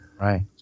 Right